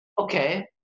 okay